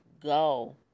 go